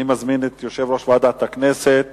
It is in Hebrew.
אני מזמין את יושב-ראש ועדת הכנסת